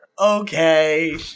Okay